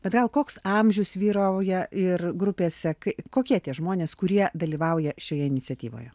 bet gal koks amžius svyrauja ir grupėse kai kokie tie žmonės kurie dalyvauja šioje iniciatyvoje